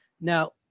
Now